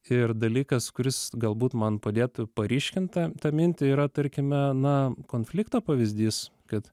ir dalykas kuris galbūt man padėtų paryškint tą tą mintį yra tarkime na konflikto pavyzdys kad